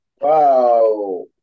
Wow